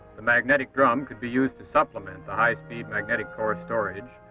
the magnetic drum could be used to supplement the high speed magnetic core storage,